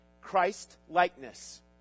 Christ-likeness